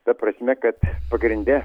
ta prasme kad pagrinde